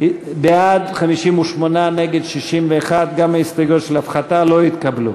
לסעיף 24 לא התקבלו.